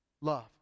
Love